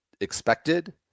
expected